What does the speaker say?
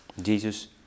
Jesus